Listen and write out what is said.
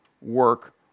work